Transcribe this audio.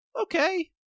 okay